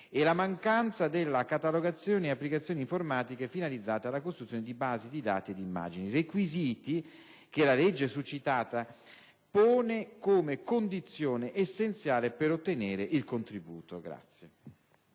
e la mancanza della "catalogazione e applicazioni informatiche finalizzate alla costruzione di basi di dati e di immagini", requisiti che la legge citata pone come condizione essenziale per ottenere il contributo.